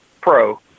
Pro